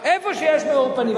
איפה שיש מאור פנים.